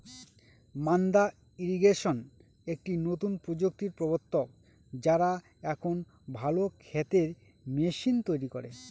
মাদ্দা ইরিগেশন একটি নতুন প্রযুক্তির প্রবর্তক, যারা এখন ভালো ক্ষেতের মেশিন তৈরী করে